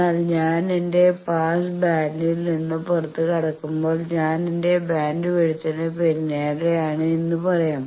എന്നാൽ ഞാൻ എന്റെ പാസ് ബാൻഡിൽ നിന്ന് പുറത്തുകടക്കുമ്പോൾ ഞാൻ എന്റെ ബാൻഡ്വിഡ്ത്തിന് പിന്നാലെയാണ് എന്ന് പറയാം